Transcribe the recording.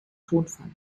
tonfall